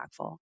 impactful